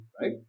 Right